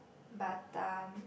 batam